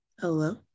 Hello